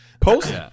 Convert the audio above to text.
post